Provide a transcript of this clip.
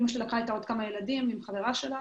אימא שלי יחד עם חברה שלה